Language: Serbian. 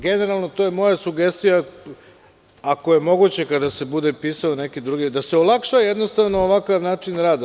Generalno, to je moja sugestija, ako je moguće, kada se bude pisao neki drugi, da se olakša ovakav način rada.